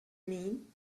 mean